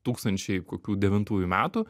tūkstančiai kokių devintųjų metų